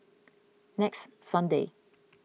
next Sunday